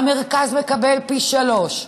והמרכז מקבל פי שלושה,